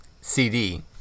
cd